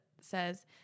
says